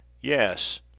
Yes